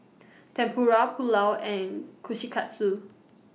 Tempura Pulao and Kushikatsu